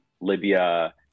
Libya